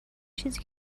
چیزی